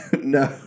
No